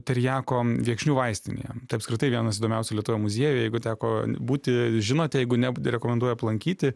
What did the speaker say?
teriako viekšnių vaistinėje tai apskritai vienas įdomiausių lietuvoje muziejų jeigu teko būti žinote jeigu ne rekomenduoju aplankyti